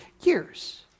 years